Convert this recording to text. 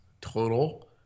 total